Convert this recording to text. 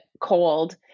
cold